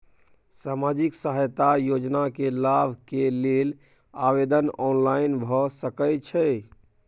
सामाजिक सहायता योजना के लाभ के लेल आवेदन ऑनलाइन भ सकै छै?